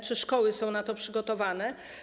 Czy szkoły są na to przygotowane?